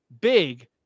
big